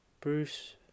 Bruce